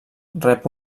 rep